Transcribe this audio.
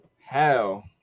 Hell